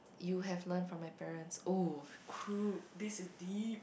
you hve learn from my parents oh this is deep